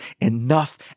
enough